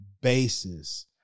basis